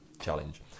challenge